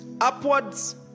upwards